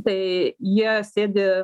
tai jie sėdi